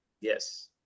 Yes